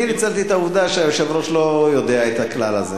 אני ניצלתי את העובדה שהיושב-ראש לא יודע את הכלל הזה.